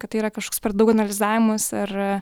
kad tai yra kažkoks per daug analizavimas ar